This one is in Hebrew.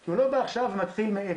כי הוא לא בא עכשיו ומתחיל מאפס.